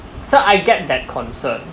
so I get that concern